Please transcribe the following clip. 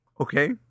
okay